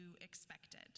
expected